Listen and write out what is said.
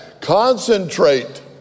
Concentrate